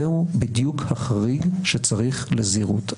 זהו בדיוק החריג שצריך לזהירות.